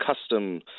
custom